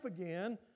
again